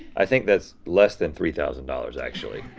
i think that's less than three thousand dollars actually.